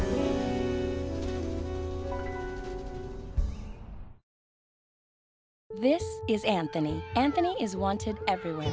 off this is anthony anthony is wanted everyone